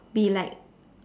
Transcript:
be like